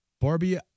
Barbie